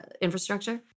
infrastructure